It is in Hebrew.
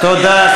תודה,